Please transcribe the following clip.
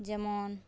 ᱡᱮᱢᱚᱱ